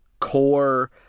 core